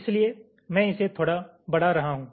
इसलिए मैं इसे थोड़ा बढ़ा रहा हूं